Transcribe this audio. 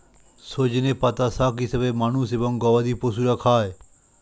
সজনে পাতা শাক হিসেবে মানুষ এবং গবাদি পশুরা খায়